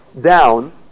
down